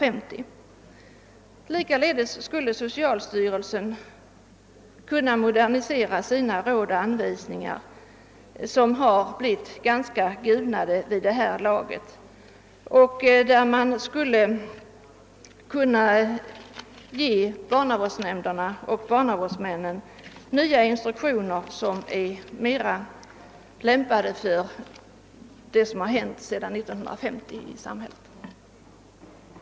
Socialstyrelsen skulle också kunna modernisera sina råd och anvisningar — det är papper som blivit ganska gulnade vid det här laget — och ge barnavårdsnämnderna och barnavårdsmännen nya instruktioner, som står i bättre överensstämmelse med vad som hänt i samhället sedan år 1950. Herr talman!